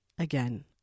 again